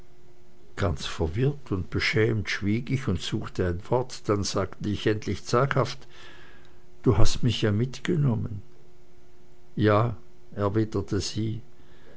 ganz verwirrt und beschämt schwieg ich und suchte ein wort dann sagte ich endlich zaghaft du hast mich ja mitgenommen ja erwiderte sie